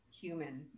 human